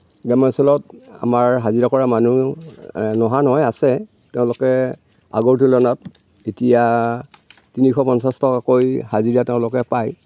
গ্ৰামাঞ্চলত আমাৰ হাজিৰা কৰা মানুহ নোহোৱা নহয় আছে তেওঁলোকে আগৰ তুলনাত এতিয়া তিনিশ পঞ্চাছ টকাকৈ হাজিৰা তেওঁলোকে পায়